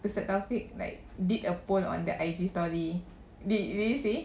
pusat taufiq like did a poll on the I_G story di~ did you see